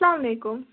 اسلام علیکُم